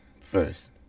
first